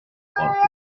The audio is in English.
corporation